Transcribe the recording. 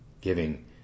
giving